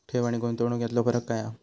ठेव आनी गुंतवणूक यातलो फरक काय हा?